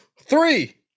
three